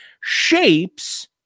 shapes